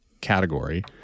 category